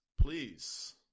please